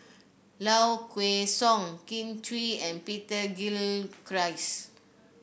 Low Kway Song Kin Chui and Peter Gilchrist